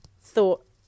thought